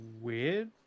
Weird